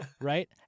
right